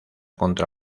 contra